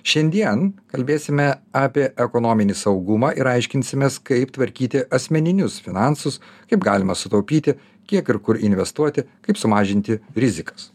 šiandien kalbėsime apie ekonominį saugumą ir aiškinsimės kaip tvarkyti asmeninius finansus kaip galima sutaupyti kiek ir kur investuoti kaip sumažinti rizikas